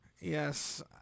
Yes